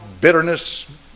bitterness